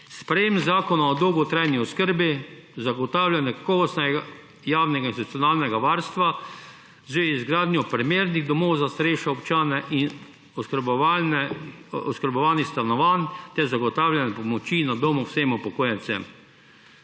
sprejetje zakona o dolgotrajni oskrbi, zagotavljanje kakovostnega javnega institucionalnega varstva v zvezi z gradnjo primernih domov za starejše občane in oskrbovanih stanovanj ter zagotavljanje pomoči na domu vsem upokojencem,